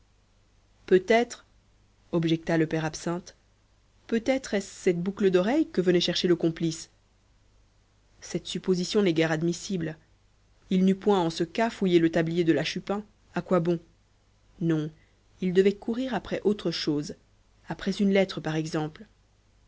peut-être objecta le père absinthe peut-être est-ce cette boucle d'oreille que venait chercher le complice cette supposition n'est guère admissible il n'eût point en ce cas fouillé le tablier de la chupin à quoi bon non il devait courir après autre chose après une lettre par exemple